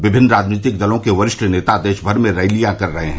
विभिन्न राजनीतिक दलों के वरिष्ठ नेता देशभर में रैलियां कर रहे हैं